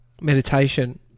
meditation